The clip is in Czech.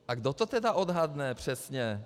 A kdo to tedy odhadne přesně?